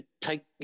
Take